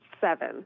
seven